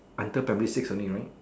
until primary six only right